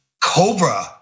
COBRA